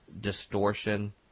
distortion